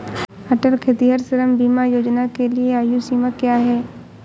अटल खेतिहर श्रम बीमा योजना के लिए आयु सीमा क्या है?